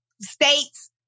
states